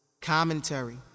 Commentary